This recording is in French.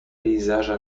paysages